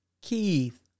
Keith